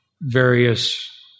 various